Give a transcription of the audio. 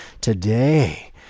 today